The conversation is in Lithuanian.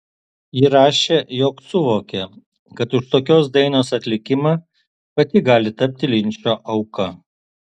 ji rašė jog suvokė kad už tokios dainos atlikimą pati gali tapti linčo auka